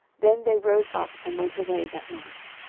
then they rose up, and went away that night.